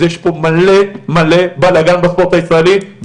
יש פה מלא מלא בלגן בספורט הישראלי,